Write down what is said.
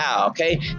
okay